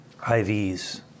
IVs